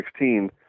2016